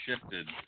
shifted